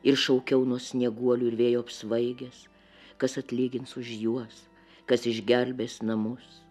ir šaukiau nuo snieguolių ir vėjo apsvaigęs kas atlygins už juos kas išgelbės namus